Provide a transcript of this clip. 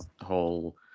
whole